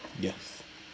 yes